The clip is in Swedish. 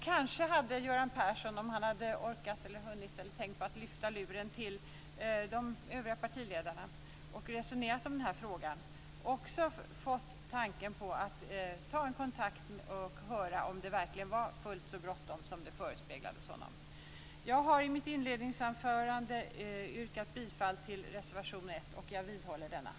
Kanske hade Göran Persson, om han hade orkat, hunnit eller tänkt på det, kunnat lyfta luren och ringa till de övriga partiledarna för att resonera om den här frågan och fått höra om det verkligen var fullt så bråttom som det förespeglades honom. Jag har i mitt inledningsanförande yrkat på godkännande av anmälan i reservation 1, och det vidhåller jag.